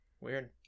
Weird